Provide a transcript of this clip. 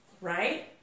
right